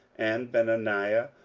and benaiah,